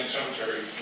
Cemetery